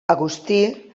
agustí